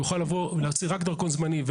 הוא יוכל להוציא רק דרכון זמני,